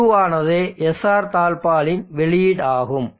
Q ஆனது SR தாழ்ப்பாளின் வெளியீடு ஆகும்